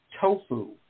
tofu